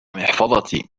محفظتي